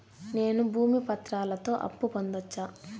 నేను భూమి పత్రాలతో అప్పు పొందొచ్చా?